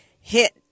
hit